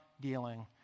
dealing